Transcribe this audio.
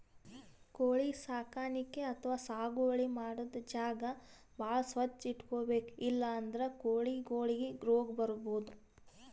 ಕೋಳಿ ಸಾಕಾಣಿಕೆ ಅಥವಾ ಸಾಗುವಳಿ ಮಾಡದ್ದ್ ಜಾಗ ಭಾಳ್ ಸ್ವಚ್ಚ್ ಇಟ್ಕೊಬೇಕ್ ಇಲ್ಲಂದ್ರ ಕೋಳಿಗೊಳಿಗ್ ರೋಗ್ ಬರ್ಬಹುದ್